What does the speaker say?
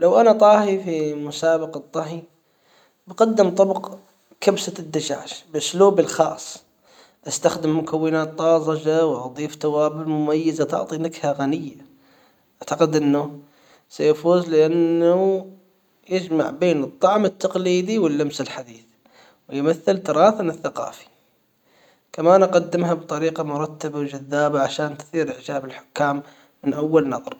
لو انا طاهي في مسابقة طهي بقدم طبق كبسة الدجاج باسلوبي الخاص أستخدم مكونات طازجة وأضيف توابل مميزة تعطي نكهة غنية اعتقد انه سيفوز لانه يجمع بين الطعم التقليدي واللمسة الحديثة ويمثل تراثنا الثقافي كمان أقدمها بطريقة مرتبة وجذابة عشان تثير اعجاب الحكام من اول نظرة.